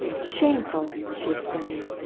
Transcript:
shameful! she exclaimed.